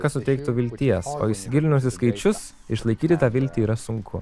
kas suteiktų vilties o įsigilinus į skaičius išlaikyti tą viltį yra sunku